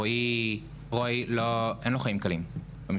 לרוי אין חיים קלים במשטרה.